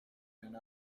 and